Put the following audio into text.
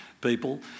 people